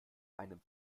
einem